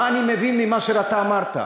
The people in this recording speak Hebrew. מה אני מבין ממה שאתה אמרת.